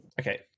okay